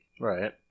Right